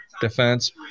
defense